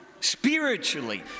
Spiritually